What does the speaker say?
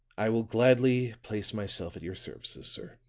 i will gladly place myself at your services, sir.